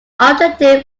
objective